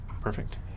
Perfect